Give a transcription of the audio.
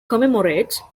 commemorates